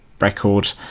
record